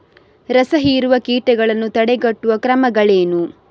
ರಸಹೀರುವ ಕೀಟಗಳನ್ನು ತಡೆಗಟ್ಟುವ ಕ್ರಮಗಳೇನು?